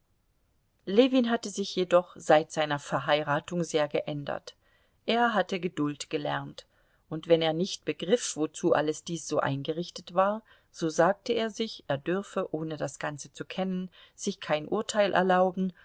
ljewin hatte sich jedoch seit seiner verheiratung sehr geändert er hatte geduld gelernt und wenn er nicht begriff wozu alles dies so eingerichtet war so sagte er sich er dürfe ohne das ganze zu kennen sich kein urteil erlauben